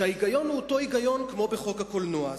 כשההיגיון הוא אותו היגיון כמו בחוק הקולנוע,